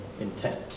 intent